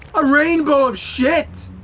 a rainbow of shit,